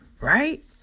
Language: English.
Right